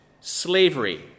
slavery